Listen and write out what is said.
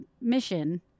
mission